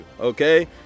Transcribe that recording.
okay